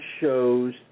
shows